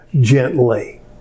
gently